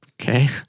Okay